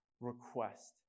request